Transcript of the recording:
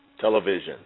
television